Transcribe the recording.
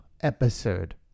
episode